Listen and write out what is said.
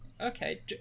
Okay